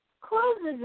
closes